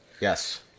yes